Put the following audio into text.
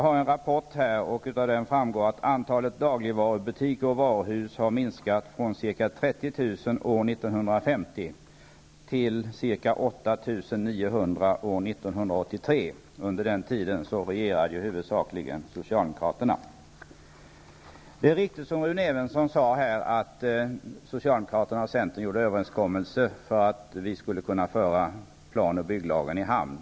Av en rapport som jag har framgår det att antalet dagligvarubutiker och varuhus har minskat från ca 30 000 år 1950 till ca 8 900 år 1983. Under den tiden regerade huvudsakligen socialdemokraterna. Det är riktigt som Rune Evensson sade att socialdemokraterna och centern gjorde en överenskommelse för att vi skulle kunna föra planoch bygglagen i hamn.